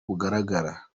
bugaragara